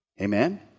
Amen